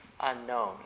unknown